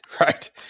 Right